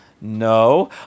No